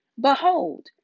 Behold